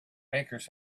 bakers